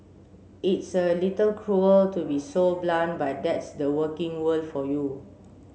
it's a little cruel to be so blunt but that's the working world for you